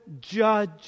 judge